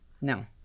No